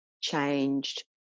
changed